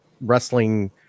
wrestling